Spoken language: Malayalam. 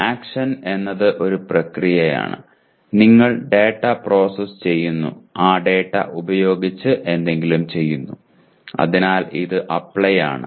ആക്ഷൻ എന്നത് ഒരു പ്രക്രിയയാണ് നിങ്ങൾ ഡാറ്റ പ്രോസസ്സ് ചെയ്യുന്നു ആ ഡാറ്റ ഉപയോഗിച്ച് എന്തെങ്കിലും ചെയ്യുന്നു അതിനാൽ ഇത് അപ്ലൈ ആണ്